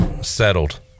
settled